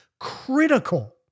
critical